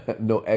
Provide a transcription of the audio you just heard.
no